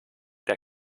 der